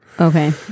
Okay